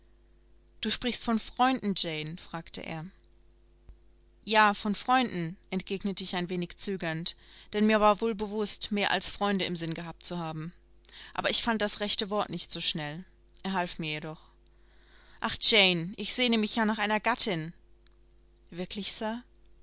du sprichst von freunden jane fragte er ja von freunden entgegnete ich ein wenig zögernd denn ich war mir wohl bewußt mehr als freunde im sinne zu haben aber ich fand das rechte wort nicht so schnell er half mir jedoch ach jane ich sehne mich ja nach einer gattin wirklich